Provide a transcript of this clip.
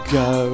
go